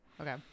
okay